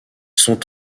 sont